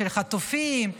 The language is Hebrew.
של החטופים,